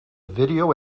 video